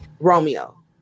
Romeo